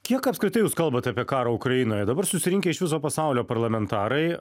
kiek apskritai jūs kalbat apie karą ukrainoje dabar susirinkę iš viso pasaulio parlamentarai